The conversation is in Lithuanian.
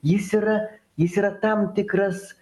jis yra jis yra tam tikras